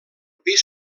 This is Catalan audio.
pis